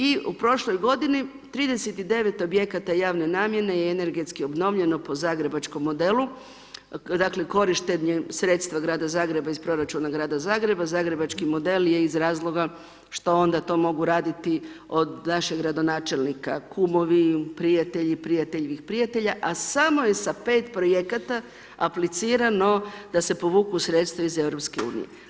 I u prošloj godini 39 objekata javne namjene je energetski obnovljeno po zagrebačkom modelu, dakle korištenje sredstva Grada Zagreba iz proračuna Grada Zagreba, zagrebački model je iz razloga što onda to mogu raditi od našeg gradonačelnika kumovi, prijatelji, prijateljevih prijatelji, a samo je sa 5 projekata aplicirano da se povuku sredstva iz Europske unije.